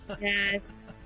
Yes